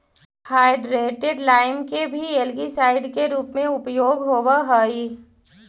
hydrated lime के भी algicide के रूप में उपयोग होव हई